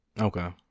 Okay